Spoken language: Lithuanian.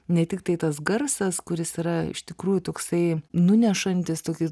ne tiktai tas garsas kuris yra iš tikrųjų toksai nunešantis tokį